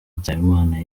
nsabimana